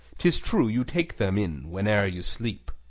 tis true you take them in whene'er you sleep.